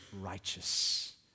righteous